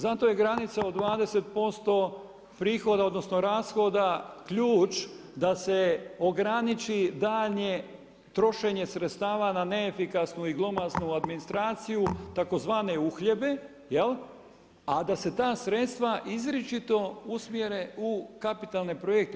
Zato je granica od 20% prihoda odnosno rashoda ključ da se ograniči daljnje trošenje sredstava za neefikasnu i glomaznu administraciju tzv. uhljebe, a da se ta sredstva izričito usmjere u kapitalne projekte.